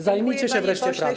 Zajmijcie się wreszcie pracą.